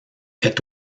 est